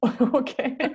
Okay